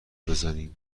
بزنیم